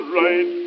right